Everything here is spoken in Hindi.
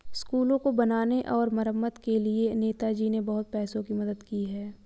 स्कूलों को बनाने और मरम्मत के लिए नेताजी ने बहुत पैसों की मदद की है